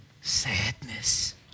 Sadness